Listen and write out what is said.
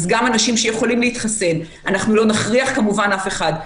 אז גם אנשים שיכולים להתחסן אנחנו לא נכריח כמובן אף אחד,